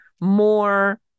more